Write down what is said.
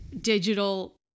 digital